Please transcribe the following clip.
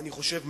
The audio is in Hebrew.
אני חושב,